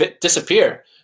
disappear